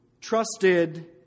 trusted